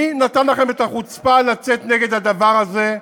מי נתן לכם את החוצפה לצאת נגד הדבר הזה?